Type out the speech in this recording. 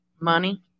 money